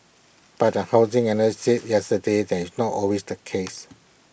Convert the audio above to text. but A housing analyst said yesterday that is not always the case